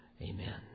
Amen